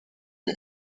mûr